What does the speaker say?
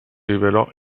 rivelò